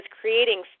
creating